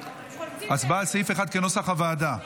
הצבעה על סעיף 1 כנוסח הוועדה.